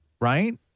right